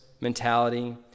mentality